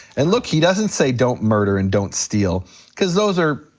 and look, he doesn't say don't murder and don't steal cause those are,